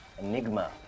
Enigma